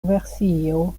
versio